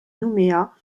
nouméa